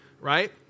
Right